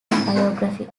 biography